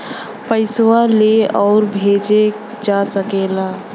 पइसवा ले आउर भेजे जा सकेला